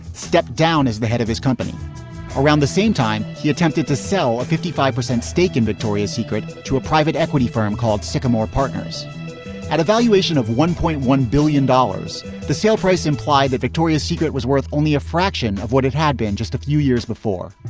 stepped down as the head of his company around the same time, he attempted to sell a fifty five percent stake in victoria's secret to a private equity firm called sycamore partners at a valuation of one point one billion dollars the sale price implied that victoria's secret was worth only a fraction of what it had been just a few years before.